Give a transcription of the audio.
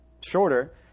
shorter